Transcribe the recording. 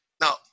Now